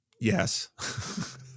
Yes